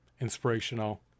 inspirational